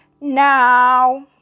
now